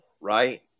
right